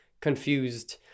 confused